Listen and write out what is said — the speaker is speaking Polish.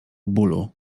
bólu